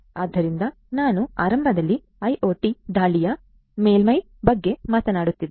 ಆದ್ದರಿಂದ ನಾನು ಆರಂಭದಲ್ಲಿ ಐಒಟಿ ದಾಳಿಯ ಮೇಲ್ಮೈ ಬಗ್ಗೆ ಮಾತನಾಡುತ್ತಿದ್ದೆ